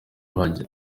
bajya